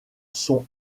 sont